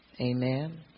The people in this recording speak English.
Amen